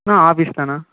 அண்ணா office தாண்ணா